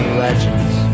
legends